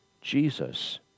Jesus